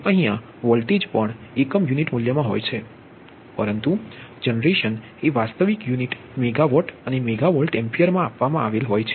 અહીયા વોલ્ટેજ પણ પ્રતિ યુનિટ મૂલ્યોમાં હોય છે પરંતુ જનરેશન એ વાસ્તવિક યુનિટ મેગાવાટ અને મેગાવોલ્ટએમ્પીયર માં આપવામાં આવેલ છે